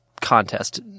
contest